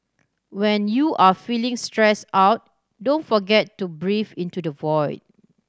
when you are feeling stress out don't forget to into the